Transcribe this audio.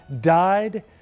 died